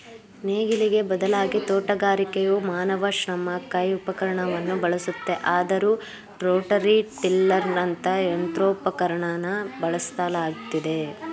ನೇಗಿಲಿಗೆ ಬದಲಾಗಿ ತೋಟಗಾರಿಕೆಯು ಮಾನವ ಶ್ರಮ ಕೈ ಉಪಕರಣವನ್ನು ಬಳಸುತ್ತೆ ಆದರೂ ರೋಟರಿ ಟಿಲ್ಲರಂತ ಯಂತ್ರೋಪಕರಣನ ಬಳಸಲಾಗ್ತಿದೆ